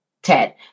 Ted